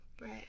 Right